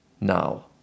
now